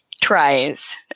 tries